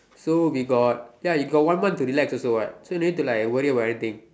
so we got ya you got one month to relax also what so you don't need to like worry about anything